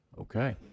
Okay